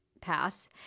pass